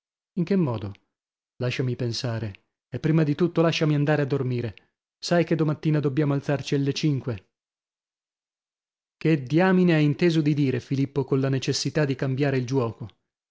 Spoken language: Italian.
in che modo lasciami pensare e prima di tutto lasciami andare a dormire sai che domattina dobbiamo alzarci alle cinque che diamine ha inteso di dire filippo colla necessità di cambiare il giuoco